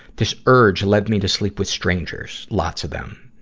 this urge led me to sleep with strangers, lots of them.